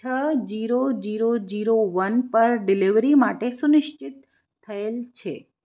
છ zero zero zero one પર delivery માટે સુનિશ્ચિત થયેલ છે